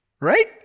right